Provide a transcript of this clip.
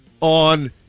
on